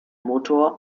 motor